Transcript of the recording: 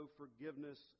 forgiveness